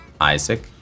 Isaac